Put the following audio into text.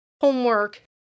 homework